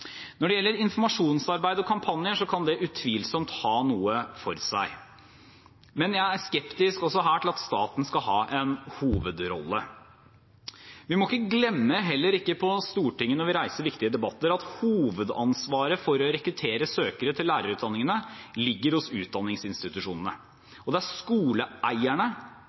Når det gjelder informasjonsarbeid og kampanjer, kan det utvilsomt ha noe for seg, men jeg er også her skeptisk til at staten skal ha en hovedrolle. Vi må ikke glemme – heller ikke på Stortinget når vi reiser viktig debatter – at hovedansvaret for å rekruttere søkere til lærerutdanningene ligger hos utdanningsinstitusjonene. Det er skoleeierne,